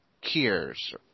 cures